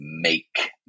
make